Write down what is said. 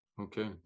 Okay